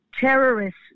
terrorists